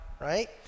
right